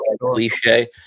cliche